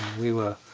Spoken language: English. we were.